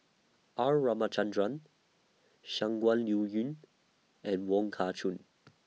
R Ramachandran Shangguan Liuyun and Wong Kah Chun